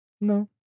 No